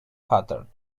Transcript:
pattern